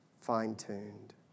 fine-tuned